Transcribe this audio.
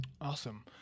Awesome